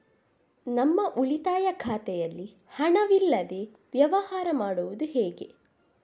ನಮ್ಮ ಉಳಿತಾಯ ಖಾತೆಯಲ್ಲಿ ಹಣವಿಲ್ಲದೇ ವ್ಯವಹಾರ ಮಾಡುವುದು ಹೇಗೆ?